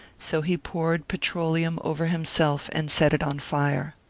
so he poured petroleum over himself and set it on fire.